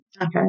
Okay